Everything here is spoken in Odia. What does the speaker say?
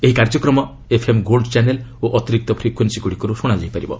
ଏହି କାର୍ଯ୍ୟକ୍ରମ ଏଫ୍ଏମ୍ ଗୋଲ୍ଚ ଚ୍ୟାନେଲ୍ ଓ ଅତିରିକ୍ତ ଫ୍ରିକ୍ୟୁଏନ୍ୱିଗୁଡ଼ିକରୁ ଶୁଣାଯାଇ ପାରିବ